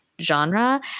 genre